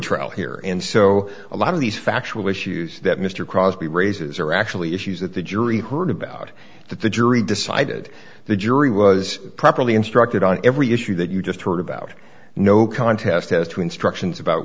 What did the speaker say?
trial here and so a lot of these factual issues that mr crosby raises are actually issues that the jury heard about that the jury decided the jury was properly instructed on every issue that you just heard about no contest as to instructions about